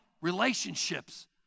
Relationships